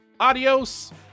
Adios